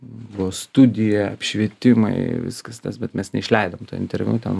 buvo studija apšvietimai viskas tas bet mes neišleidom to interviu ten